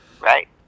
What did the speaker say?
Right